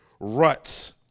ruts